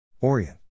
Orient